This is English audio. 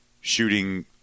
shooting